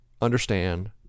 understand